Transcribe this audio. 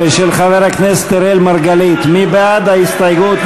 15 של חבר הכנסת אראל מרגלית, מי בעד ההסתייגות?